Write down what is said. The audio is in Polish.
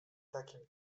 takim